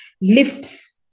lifts